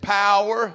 power